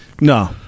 No